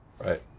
right